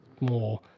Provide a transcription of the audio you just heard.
more